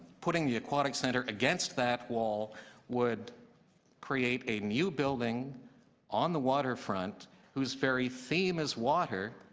putting the aquatic centre against that wall would create a new building on the waterfront whose very theme is water,